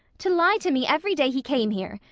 to lie to me every day he came here,